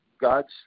God's